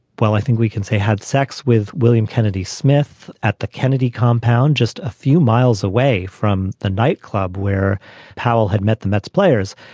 well, i think we can say had sex with william kennedy smith at the kennedy compound just a few miles away from the nightclub where powell had met the mets players.